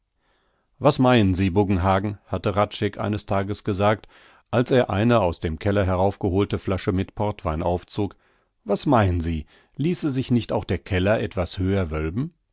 was meinen sie buggenhagen hatte hradscheck eines tages gesagt als er eine aus dem keller heraufgeholte flasche mit portwein aufzog was meinen sie ließe sich nicht der keller etwas höher wölben